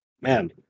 man